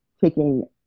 taking